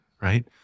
right